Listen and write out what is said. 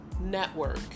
network